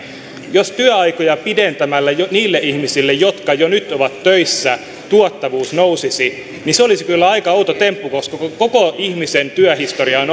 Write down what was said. jos työaikoja pidentämällä niille ihmisille jotka jo nyt ovat töissä tuottavuus nousisi niin se olisi kyllä aika outo temppu koska koko ihmisen työhistoria on